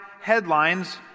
headlines